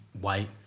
white